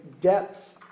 depths